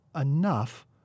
enough